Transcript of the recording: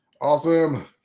Awesome